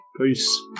Peace